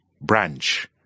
branch